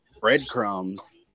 breadcrumbs